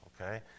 okay